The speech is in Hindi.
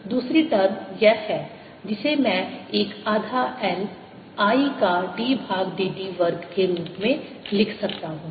दूसरी टर्म यह है जिसे मैं एक आधा L I का d भाग dt वर्ग के रूप में लिख सकता हूं